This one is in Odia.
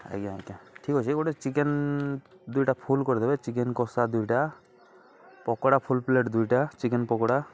ଆଜ୍ଞା ଆଜ୍ଞା ଠିକ୍ ଅଛେ ଗୁଟେ ଚିକେନ୍ ଦୁଇଟା ଫୁଲ୍ କରିଦେବେ ଚିକେନ୍ କଷା ଦୁଇଟା ପକୋଡ଼ା ଫୁଲ୍ ପ୍ଲେଟ୍ ଦୁଇଟା ଚିକେନ୍ ପକୋଡ଼ା